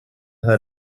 her